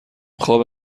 خواب